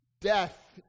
Death